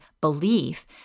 belief